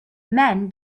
men